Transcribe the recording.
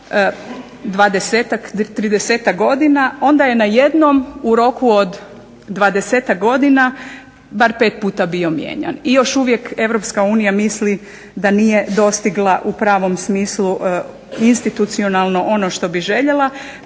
30-tak godina onda je najednom u roku od 20-tak godina bar pet puta bio mijenjan i još uvijek Europska unija misli da nije dostigla u pravom smislu institucionalno ono što bi željela.